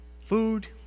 food